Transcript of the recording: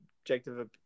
objective